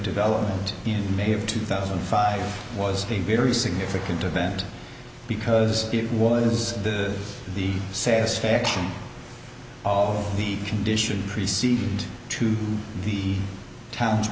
development in may of two thousand and five was a very significant event because it was the satisfaction of the condition preceding to the town